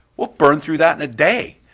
we'll burn through that in a day,